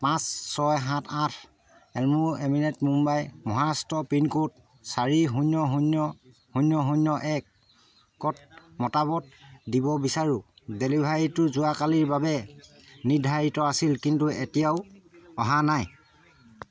পাঁচ ছয় সাত আঠ Elm avenue Mumbai Maharashtra pin code চাৰি শূন্য শূন্য শূন্য শূন্য একত মতামত দিব বিচাৰোঁ ডেলিভাৰীটো যোৱাকালিৰ বাবে নিৰ্ধাৰিত আছিল কিন্তু এতিয়াও অহা নাই